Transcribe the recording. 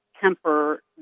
temper